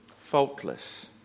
Faultless